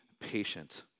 patient